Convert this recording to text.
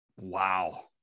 wow